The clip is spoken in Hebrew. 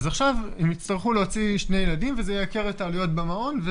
עכשיו הם יצטרכו להוציא שני ילדים וזה ייקר את העלויות במעון.